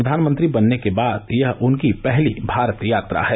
प्रधानमंत्री बनने के बाद यह उनकी पहली भारत यात्रा है